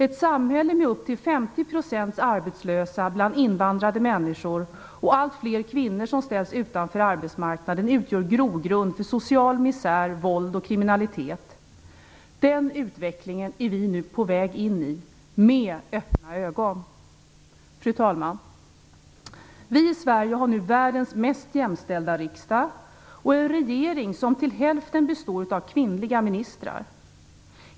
Ett samhälle med upp till 50 % arbetslösa bland invandrade människor och allt fler kvinnor som ställs utanför arbetsmarknaden utgör grogrund för social misär, våld och kriminalitet. Den utvecklingen är vi nu på väg in i med öppna ögon. Fru talman! Vi i Sverige har nu världens mest jämställda riksdag och en regering som till hälften består av kvinnliga ministrar.